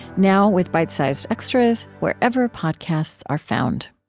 now with bite-sized extras wherever podcasts are found